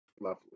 Lovely